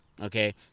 okay